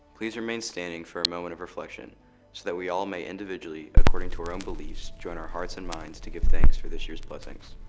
please remain standing for a moment of reflection so that we all may individually, according to our own beliefs, join our hearts and minds to give thanks for this year's blessings.